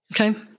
Okay